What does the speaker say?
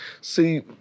See